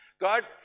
God